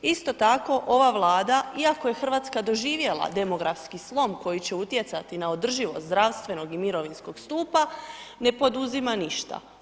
Isto tako ova Vlada iako je Hrvatska doživjela demografski slom koji će utjecati na održivost zdravstvenog i mirovinskog stupa, ne poduzima ništa.